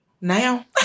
Now